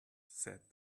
said